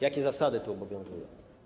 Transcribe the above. Jakie zasady tu obowiązują?